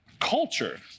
culture